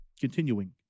Continuing